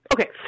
Okay